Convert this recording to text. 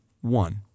one